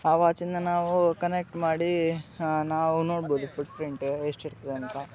ಆ ವಾಚಿಂದ ನಾವು ಕನೆಕ್ಟ್ ಮಾಡಿ ನಾವು ನೋಡ್ಬೋದು ಫುಟ್ ಪ್ರಿಂಟ್ ಎಷ್ಟಿರ್ತದೆ ಅಂತ